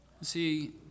See